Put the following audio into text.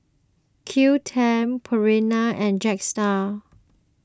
Qoo ten Purina and Jetstar